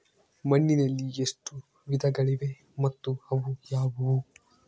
ಮಣ್ಣಿನಲ್ಲಿ ಎಷ್ಟು ವಿಧಗಳಿವೆ ಮತ್ತು ಅವು ಯಾವುವು?